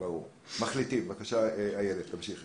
אני מציעה